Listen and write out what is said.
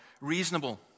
reasonable